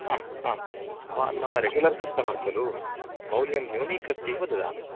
आम् आम् भवान् मम रेग्युलर् कस्टमर् खलु मौल्यं न्यूनीकृत्यैव ददामि